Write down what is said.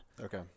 Okay